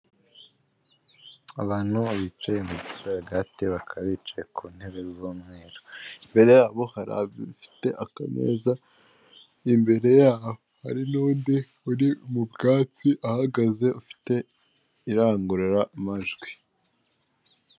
Abantu bicaye muri gisharagaate baka bicaye ku ntebe z'umweru, imbere yabo hari abafite akameza, imbere yabo hari n'undi uri mu bwatsi ahagaze ufite irangurura amajwi.